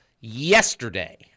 yesterday